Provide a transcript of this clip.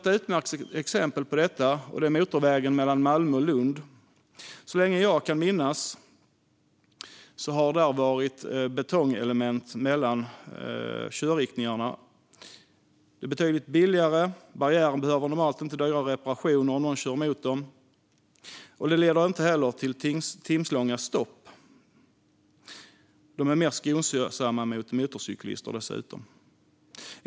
Ett utmärkt exempel på detta är motorvägen mellan Malmö och Lund. Så länge jag kan minnas har det varit betongelement mellan filerna med olika körriktning. Det är betydligt billigare, och barriären behöver normalt sett inte dyra reparationer om någon kört emot den. Det leder inte heller till timslånga stopp. Dessutom är den mer skonsam mot motorcyklister.